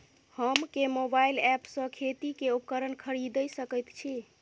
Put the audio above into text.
हम केँ mobile app सँ खेती केँ उपकरण खरीदै सकैत छी?